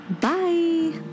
Bye